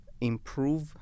improve